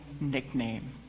nickname